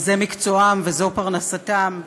וזה מקצועם וזו פרנסתם.